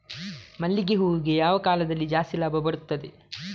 ಮಲ್ಲಿಗೆ ಹೂವಿಗೆ ಯಾವ ಕಾಲದಲ್ಲಿ ಜಾಸ್ತಿ ಲಾಭ ಬರುತ್ತದೆ?